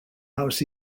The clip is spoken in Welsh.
haws